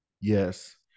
Yes